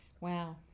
Wow